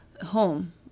Home